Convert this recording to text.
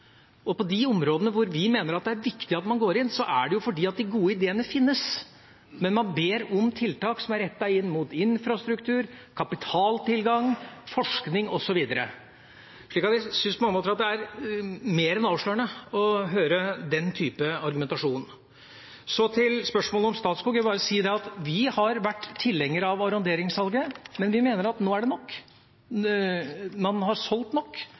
På de områdene hvor vi mener at det er viktig at man går inn, så er det fordi de gode ideene finnes, men man ber om tiltak som er rettet inn mot infrastruktur, kapitaltilgang, forskning osv. Jeg syns på mange måter det er mer enn avslørende å høre den type argumentasjon. Så til spørsmålet om Statskog: Jeg vil bare si at vi har vært tilhengere av arronderingssalg, men vi mener at nå er det nok, man har solgt nok,